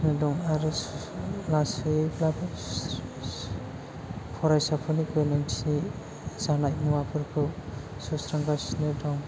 दं आरो लासैयैब्लाबो फरायसाफोरनि गोनांथि जानाय मुवाफोरखौ सुस्रांगासिनो दं